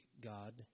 God